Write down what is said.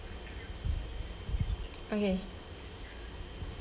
okay